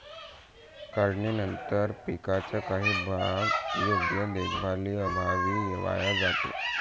काढणीनंतर पिकाचा काही भाग योग्य देखभालीअभावी वाया जातो